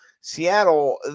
Seattle